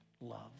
love